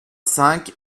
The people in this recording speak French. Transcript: cinq